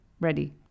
ready